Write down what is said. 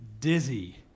dizzy